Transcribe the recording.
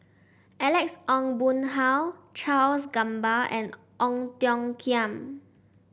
Alex Ong Boon Hau Charles Gamba and Ong Tiong Khiam